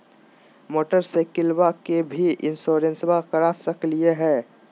मोटरसाइकिलबा के भी इंसोरेंसबा करा सकलीय है?